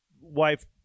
wife